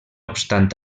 obstant